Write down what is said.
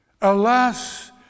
Alas